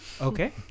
okay